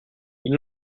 ils